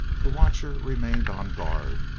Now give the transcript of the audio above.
the watcher remained on guard,